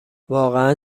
واقعن